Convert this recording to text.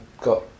got